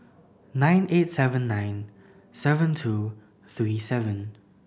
nine eight seven nine seven two three seven